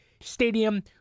Stadium